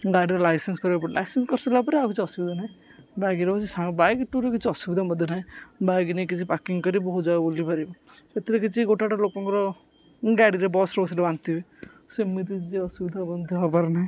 ଗାଡ଼ିର ଲାଇସେନ୍ସ କରିବାକୁ ପଡ଼ିବ ଲାଇସେନ୍ସ କରିସାରିଲା ପରେ ଆଉ କିଛି ଅସୁିଧା ନାଇଁ ବାଇକ୍ ଟୁର୍ କିଛି ଅସୁବିଧା ମଧ୍ୟ ନାହିଁ ବାଇକ୍ ନେଇ କିଛି ପାର୍କିଂ କରି ବହୁତ୍ ଜାଗା ବୁଲିପାରିବ ସେଥିରେ କିଛି ଗୋଟେ ଗୋଟେ ଲୋକଙ୍କର ଗାଡ଼ିରେ ବସ୍ରେ ବସୁ ବସୁ ବାନ୍ତି ହୁଏ ସେମିତି କିଛି ଅସୁବିଧା ମଧ୍ୟ ହେବାର ନାହିଁ